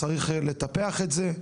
צריך לטפח את זה,